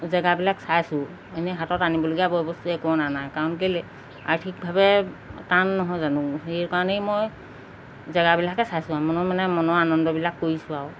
জেগাবিলাক চাইছোঁ এনেই হাতত আনিবলগীয়া বয় বস্তু একো অনা নাই কাৰণ কেলৈ আৰ্থিকভাৱে টান নহয় জানো সেইকাৰণেই মই জেগাবিলাকহে চাইছোঁ মনৰ মানে মনৰ আনন্দবিলাক কৰিছোঁ আৰু